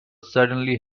suddenly